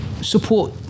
support